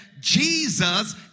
Jesus